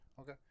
Okay